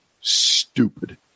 stupid